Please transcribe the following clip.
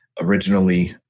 originally